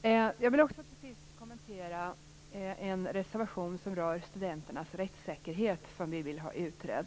Till sist vill jag kommentera en reservation som rör studenternas rättssäkerhet som vi vill ha utredd.